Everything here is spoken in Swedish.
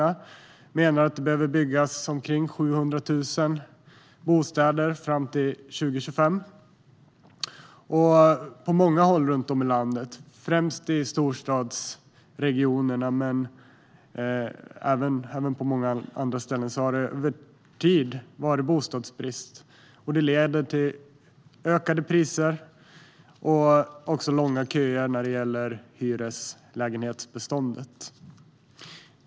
Man menar att det behöver byggas omkring 700 000 bostäder fram till 2025 på många håll runt om i landet. Främst i storstadsregionerna men även på många andra håll har det över tid varit bostadsbrist. Det har lett till ökade priser och långa köer när det gäller hyreslägenhetsbeståndet.